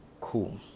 Cool